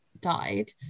died